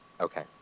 Okay